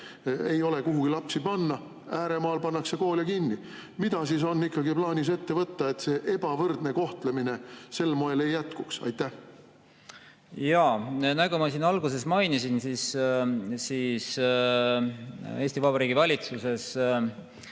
ei ole kuhugi lapsi panna, ääremaal pannakse koole kinni. Mida on ikkagi plaanis ette võtta, et see ebavõrdne kohtlemine sel moel ei jätkuks? Jaa. Nagu ma alguses mainisin, Eesti Vabariigi valitsuses